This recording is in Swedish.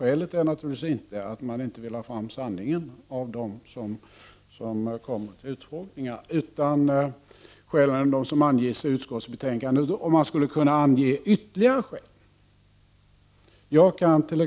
Skälet är naturligtvis inte att man inte skulle vilja få fram sanningen av dem som kommer till utskottsutfrågningarna. Frågan är i stället om det kan anges ytterligare skäl för att sanningsförsäkran bör införas.